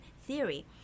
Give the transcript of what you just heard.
theory